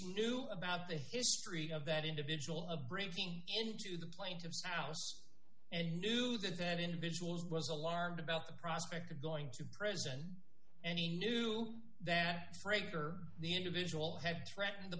do about the history of that individual of breaking into the plaintiff's ouse and knew that that individual was alarmed about the prospect of going to prison and he knew that straker the individual had threatened the